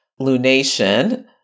lunation